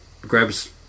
grabs